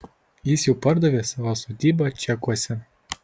jis jau pardavė savo sodybą čekuose